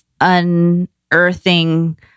unearthing